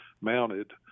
mounted